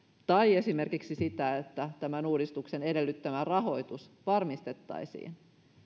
tai esimerkiksi sitä että tämän uudistuksen edellyttämä rahoitus varmistettaisiin